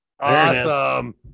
Awesome